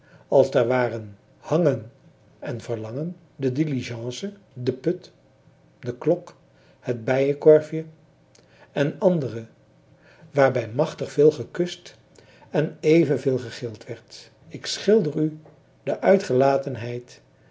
als daar waren hangen en verlangen de diligence de put de klok het bijenkorfje en andere waarbij machtig veel gekust en evenveel gegild werd ik schilder u de uitgelatenheid